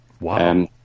Wow